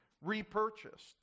repurchased